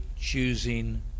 choosing